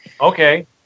okay